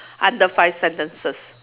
under five sentences